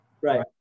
Right